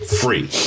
free